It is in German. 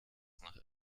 nach